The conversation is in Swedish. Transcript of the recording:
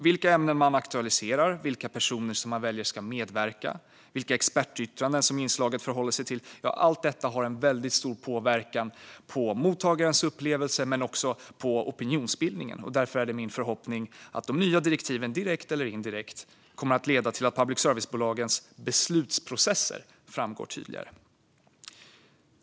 Vilka ämnen man aktualiserar, vilka personer som man väljer ska medverka, vilka expertyttranden som inslaget förhåller sig till - allt detta har enorm påverkan på mottagarens upplevelse men också för opinionsbildningen. Därför är min förhoppning att de nya direktiven, direkt eller indirekt, kommer att leda till att public service-bolagens beslutsprocesser framgår tydligare.